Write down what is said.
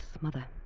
mother